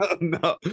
No